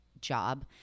job